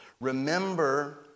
remember